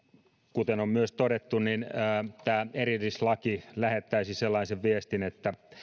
kuten on myös todettu tämä erillislaki lähettäisi sellaisen viestin että